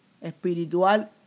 espiritual